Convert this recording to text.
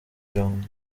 jong